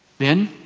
then,